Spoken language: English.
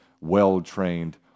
well-trained